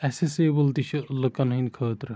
accessible تہِ چھُ لُکن ہِندۍ خٲطرٕ